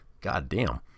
goddamn